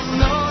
no